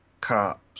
cops